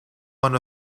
one